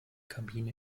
kabine